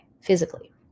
physically